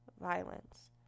violence